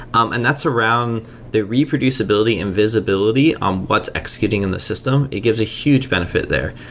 um and that's around the reproducibility and visibility on what's executing in the system. it gives a huge benefit there.